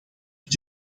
dit